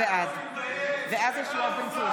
בעד מאזן גנאים,